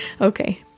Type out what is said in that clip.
Okay